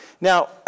Now